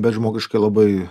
bet žmogiškai labai